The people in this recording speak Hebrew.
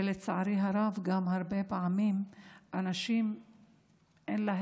ולצערי הרב גם הרבה פעמים לאנשים אין את